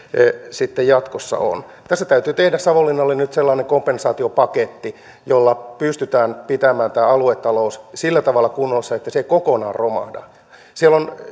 sitten jatkossa on tässä täytyy tehdä savonlinnalle nyt sellainen kompensaatiopaketti jolla pystytään pitämään tämä aluetalous sillä tavalla kunnossa että se ei kokonaan romahda siellä